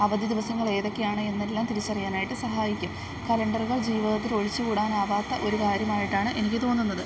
അവധി ദിവസങ്ങൾ ഏതൊക്കെയാണ് എന്നെല്ലാം തിരിച്ചറിയാനായിട്ട് സഹായിക്കും കലണ്ടറുകൾ ജീവിതത്തിൽ ഒഴിച്ചുകൂടാനാവാത്ത ഒരു കാര്യമായിട്ടാണ് എനിക്ക് തോന്നുന്നത്